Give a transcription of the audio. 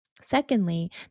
Secondly